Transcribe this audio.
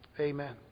Amen